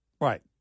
Right